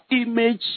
image